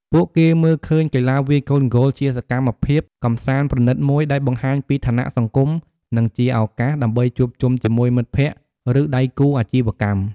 ពួកគេមើលឃើញកីឡាវាយកូនហ្គោលជាសកម្មភាពកម្សាន្តប្រណីតមួយ ដែលបង្ហាញពីឋានៈសង្គម និងជាឱកាសដើម្បីជួបជុំជាមួយមិត្តភក្ដិ ឬដៃគូអាជីវកម្ម។